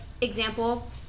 example